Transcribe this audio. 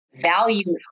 value